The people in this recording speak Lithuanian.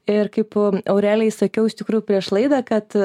ir kaip aurelijai sakiau iš tikrųjų prieš laidą kad